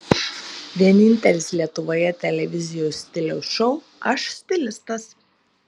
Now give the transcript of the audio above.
vienintelis lietuvoje televizijos stiliaus šou aš stilistas